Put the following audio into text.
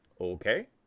Okay